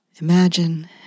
Imagine